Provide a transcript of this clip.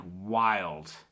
wild